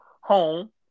home